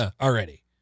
already